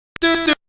do